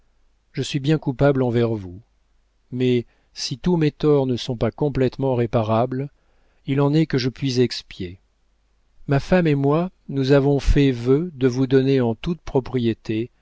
je suis bien coupable envers vous mais si tous mes torts ne sont pas complétement réparables il en est que je puis expier ma femme et moi nous avons fait vœu de vous donner en toute propriété